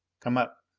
come up.